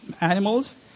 animals